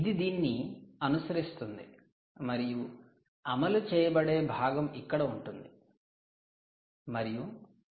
ఇది దీన్ని అనుసరిస్తుంది మరియు అమలు చేయబడే భాగం ఇక్కడ ఉంటుంది మరియు నేను 5